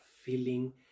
feeling